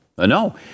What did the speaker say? No